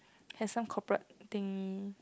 has some corporate thing